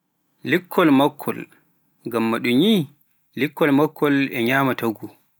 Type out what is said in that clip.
Likkol makkol ngamma ɗun yii likkol makkol enyama taagu.